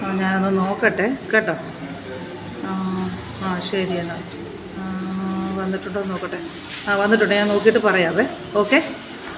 ആ ഞാനൊന്ന് നോക്കട്ടെ കേട്ടോ ആ ശരി എന്നാൽ വന്നിട്ടുണ്ടോ എന്ന് നോക്കട്ടെ ആ വന്നിട്ടുണ്ട് ഞാന് നോക്കിയിട്ട് പറയാമേ ഓക്കെ